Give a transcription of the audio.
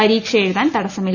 പരീക്ഷ എഴുത്താൻ തടസമില്ല